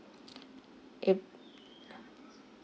ab~